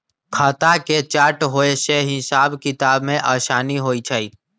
खता के चार्ट होय से हिसाब किताब में असानी होइ छइ